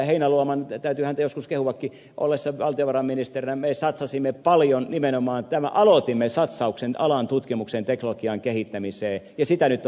heinäluoman täytyy häntä joskus kehuakin ollessa valtiovarainministerinä me satsasimme paljon nimenomaan tai me aloitimme satsauksen alan tutkimukseen teknologian kehittämiseen ja sitä nyt on jatkettu